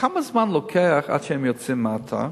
כמה זמן לוקח עד שהם יוצאים מהאתר?